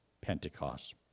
Pentecost